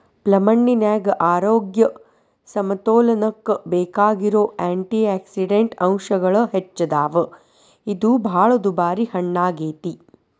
ಪ್ಲಮ್ಹಣ್ಣಿನ್ಯಾಗ ಆರೋಗ್ಯ ಸಮತೋಲನಕ್ಕ ಬೇಕಾಗಿರೋ ಆ್ಯಂಟಿಯಾಕ್ಸಿಡಂಟ್ ಅಂಶಗಳು ಹೆಚ್ಚದಾವ, ಇದು ಬಾಳ ದುಬಾರಿ ಹಣ್ಣಾಗೇತಿ